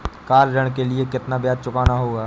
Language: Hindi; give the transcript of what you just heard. कार ऋण के लिए कितना ब्याज चुकाना होगा?